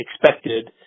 expected